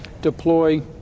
deploy